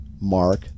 mark